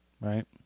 right